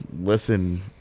listen